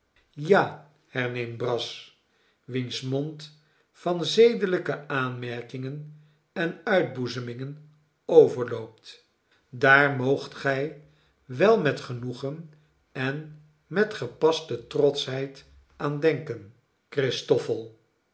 ja herneemt brass wiens mond van zedelijke aanmerkingen en uitboezemingen overloopt daar moogt gij wel met genoegen en met gepaste trotschheid aan denken christoffel